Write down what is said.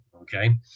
okay